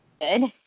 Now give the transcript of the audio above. good